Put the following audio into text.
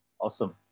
Awesome